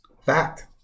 Fact